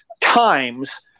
times